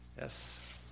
Yes